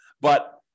But-